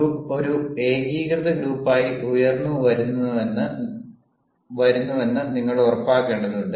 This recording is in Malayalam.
ഗ്രൂപ്പ് ഒരു ഏകീകൃത ഗ്രൂപ്പായി ഉയർന്നുവരുന്നുവെന്ന് നിങ്ങൾ ഉറപ്പാക്കേണ്ടതുണ്ട്